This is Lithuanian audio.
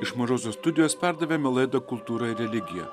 iš mažosios studijos perdavėme laidą kultūra ir religija